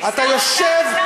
אתה יושב,